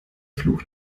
fluch